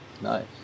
Nice